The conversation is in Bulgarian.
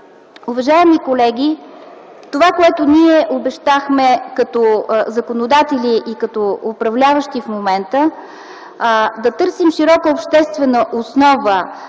Уважаеми колеги, това, което ние обещахме като законодатели и като управляващи в момента – да търсим широка обществена основа